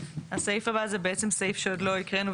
הסעיף הבא זה סעיף שעוד לא הקראנו,